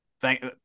Thank